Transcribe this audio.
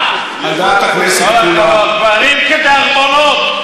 דברים כדרבונות.